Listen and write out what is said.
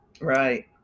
Right